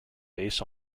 based